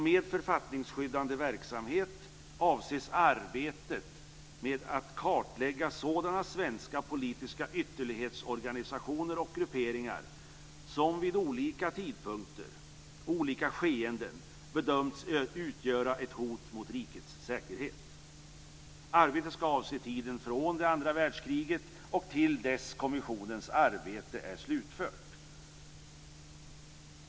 Med författningsskyddande verksamhet avses arbetet med att kartlägga sådana svenska politiska ytterlighetsorganisationer och grupperingar som vid olika som vid olika tidpunkter, i olika skeenden, bedömts utgöra ett hot mot rikets säkerhet. Arbetet ska avse tiden från andra världskriget tills dess att kommissionens arbete är slutfört.